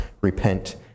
repent